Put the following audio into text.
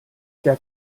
der